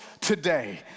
today